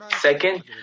second